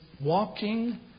walking